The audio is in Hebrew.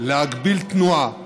להגביל תנועה